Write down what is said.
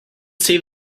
save